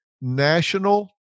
National